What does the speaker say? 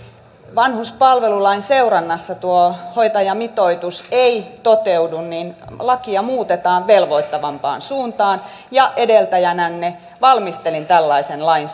vanhuspalvelulain seurannassa tuo hoitajamitoitus ei toteudu niin lakia muutetaan velvoittavampaan suuntaan ja edeltäjänänne valmistelin tällaisen lain